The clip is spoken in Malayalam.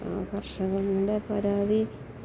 കർഷകരുടെ പരാതി